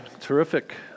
Terrific